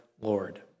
Lord